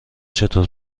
چطور